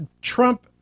Trump